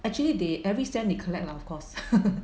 actually they every cent they collect lah of course